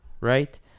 right